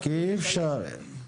כי אי אפשר.